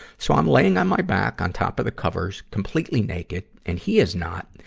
so i'm laying on my back on top of the covers, completely naked, and he is not.